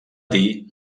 dir